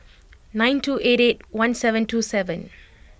nine two eighty eight one seven two seven